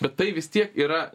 bet tai vis tiek yra